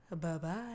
Bye-bye